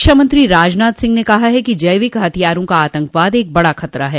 रक्षामंत्री राजनाथ सिंह ने कहा है कि जैविक हथियारों का आतंकवाद एक बड़ा खतरा है